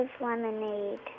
lemonade